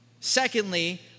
Secondly